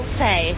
say